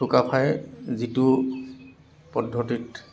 চুকাফাই যিটো পদ্ধতিত